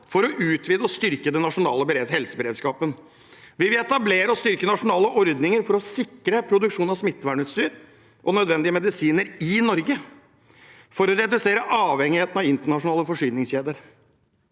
for å utvide og styrke den nasjonale helseberedskapen. Vi vil etablere og styrke nasjonale ordninger for å sikre produksjon av smittevernutstyr og nødvendige medisiner i Norge, for å redusere avhengigheten av internasjonale forsyningskjeder.